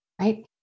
right